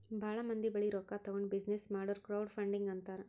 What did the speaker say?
ಭಾಳ ಮಂದಿ ಬಲ್ಲಿ ರೊಕ್ಕಾ ತಗೊಂಡ್ ಬಿಸಿನ್ನೆಸ್ ಮಾಡುರ್ ಕ್ರೌಡ್ ಫಂಡಿಂಗ್ ಅಂತಾರ್